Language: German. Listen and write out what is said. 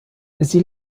sie